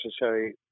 necessary